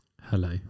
Hello